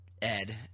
Ed